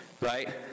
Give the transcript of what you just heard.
right